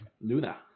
Luna